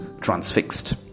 transfixed